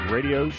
Radio